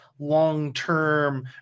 long-term